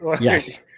Yes